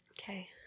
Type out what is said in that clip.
Okay